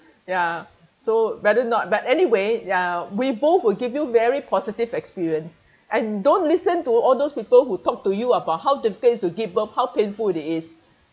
ya so rather not bad anyway ya we both will give you very positive experience and don't listen to all those people who talk to you about how difficult it's to give birth how painful it is